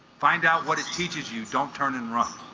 find out what it teaches you don't turn and run